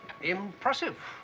Impressive